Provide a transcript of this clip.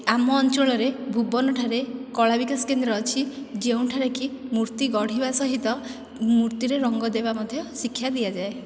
ଆମ ଅଞ୍ଚଳରେ ଭୁବନଠାରେ କଳା ବିକାଶ କେନ୍ଦ୍ର ଅଛି ଯେଉଁଠାରେକି ମୂର୍ତ୍ତି ଗଢ଼ିବା ସହିତ ମୂର୍ତ୍ତିରେ ରଙ୍ଗ ଦେବା ମଧ୍ୟ ଶିକ୍ଷା ଦିଆଯାଏ